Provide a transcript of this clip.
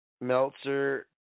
Meltzer